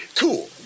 cool